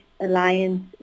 alliance